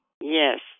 Yes